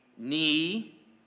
knee